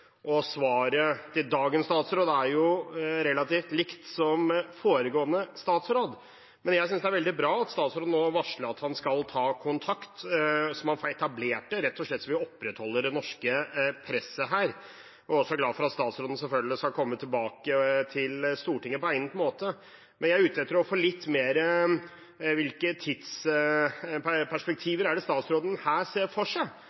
Svaret fra dagens statsråd er relativt likt svaret fra foregående statsråd, men jeg synes det er veldig bra at statsråden nå varsler at han skal ta kontakt, så man får etablert det, rett og slett for å opprettholde det norske presset. Jeg er også glad for at statsråden selvfølgelig skal komme tilbake til Stortinget på egnet måte. Men jeg er ute etter litt mer om hvilke tidsperspektiver statsråden her ser for seg,